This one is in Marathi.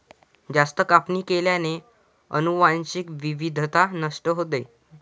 जास्त कापणी केल्याने अनुवांशिक विविधता नष्ट होते